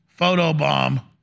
photobomb